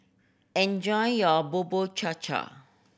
enjoy your Bubur Cha Cha